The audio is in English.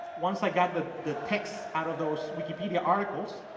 once i got the the text out of those wikipedia articles,